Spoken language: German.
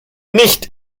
nicht